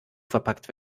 verpackt